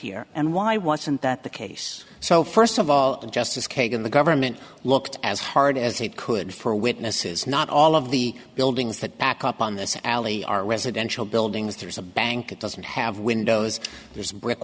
here and why wasn't that the case so first of all the justice kagan the government looked as hard as it could for witnesses not all of the buildings that back up on this alley are residential buildings there's a bank that doesn't have windows